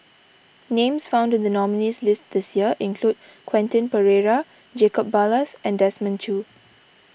names found in the nominees' list this year include Quentin Pereira Jacob Ballas and Desmond Choo